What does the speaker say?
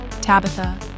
Tabitha